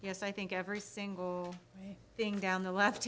yes i think every single thing down the left